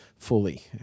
Fully